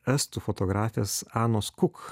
estų fotografės anos kuk